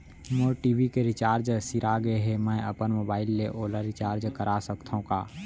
मोर TV के recharge सिरा गे हे, मैं अपन मोबाइल ले ओला रिचार्ज करा सकथव का?